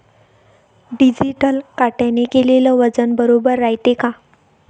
Digital काट्याने केलेल वजन बरोबर रायते का?